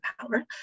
power